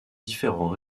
différents